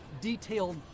detailed